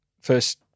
first